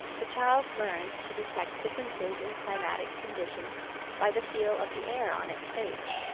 the child learns to detect differences in climatic condition by the feel of the air on its face.